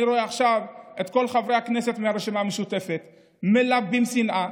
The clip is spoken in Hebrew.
אני רואה עכשיו את כל חברי הכנסת מהרשימה המשותפת מלבים שנאה.